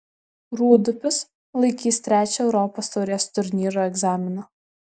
rūdupis laikys trečią europos taurės turnyro egzaminą